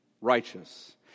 righteous